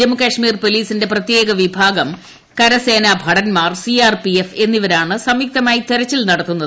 ജമ്മുകാശ്മീർ പോലീസിന്റെ ഫ്രത്യേക ്വിഭാഗം കരസേന ഭടന്മാർ സി ആർ പി എഫ് എന്നിവരാണ് സംയുക്തമായി തെരച്ചിൽ നടത്തുന്നത്